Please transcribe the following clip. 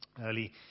early